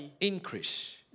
Increase